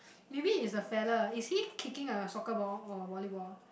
maybe is the fella is he kicking a soccer ball or a volleyball